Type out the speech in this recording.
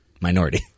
minority